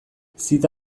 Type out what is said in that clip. zita